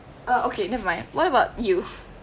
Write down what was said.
uh okay never mind what about you